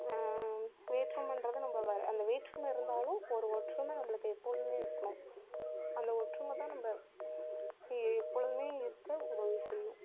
வேற்றுமைன்றது நம்ப வ அந்த வேற்றுமை இருந்தாலும் ஒரு ஒற்றுமை நம்பளுக்கு எப்போதுமே இருக்கனும் அந்த ஒற்றுமை தான் நம்ப இ எப்பொழுதுமே இருக்க உதவி செய்யும்